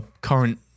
current